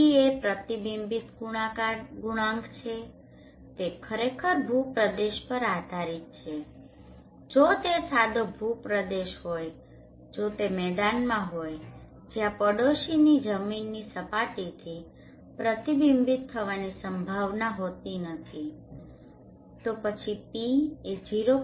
Ρ એ પ્રતિબિંબ ગુણાંક છે તે ખરેખર ભૂપ્રદેશ પર આધારીત છે જો તે સાદો ભૂપ્રદેશ હોય જો તે મેદાનમાં હોય જ્યાં પડોશીની જમીનની સપાટીથી પ્રતિબિંબિત થવાની સંભાવના હોતી નથી તો પછી ρ એ 0